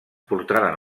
portaren